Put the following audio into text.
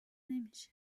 نمیشه